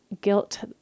guilt